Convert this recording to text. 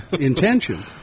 intention